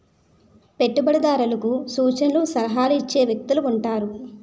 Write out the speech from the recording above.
పెట్టుబడిదారులకు సూచనలు సలహాలు ఇచ్చే వ్యక్తులు ఉంటారు